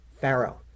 Pharaoh